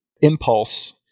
impulse